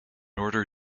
order